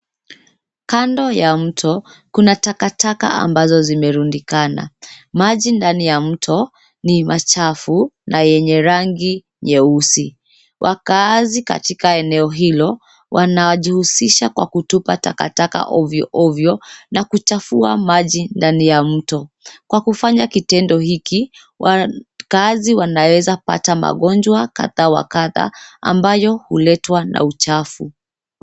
Kando ya mto kuna takataka ambazo zimerundikana. Maji ndani ya mto ni machafu na yenye rangi nyeusi. Wakaazi katika eneo hilo, wanajihusisha kwa kutupa takataka ovyoovyo na kuchafua maji ndani ya mto. Kwa kufanya kitendo hiki, wakaazi wanaweza pata magonjwa kadha wa kadha, ambayo huletwa na uchafu.